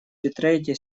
битрейте